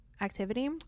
activity